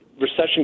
Recession